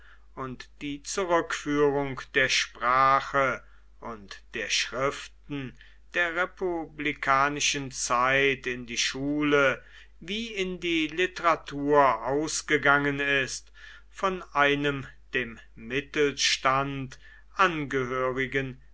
und die zurückführung der sprache und der schriften der republikanischen zeit in die schule wie in die literatur ausgegangen ist von einem dem mittelstand angehörigen